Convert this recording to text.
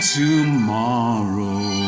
tomorrow